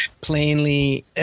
plainly